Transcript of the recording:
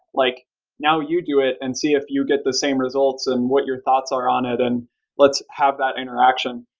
like now, you do it and see if you get the same results and what your thoughts are on it, and let's have that interaction.